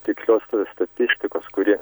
tikslios statistikos kuri